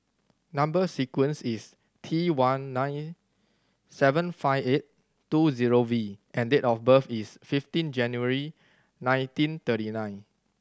number sequence is T one nine seven five eight two zero V and date of birth is fifteen January nineteen thirty nine